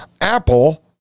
Apple